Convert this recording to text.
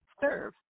serve